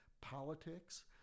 politics